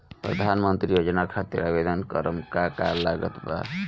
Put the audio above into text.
प्रधानमंत्री योजना खातिर आवेदन करम का का लागत बा?